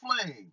flame